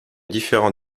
différent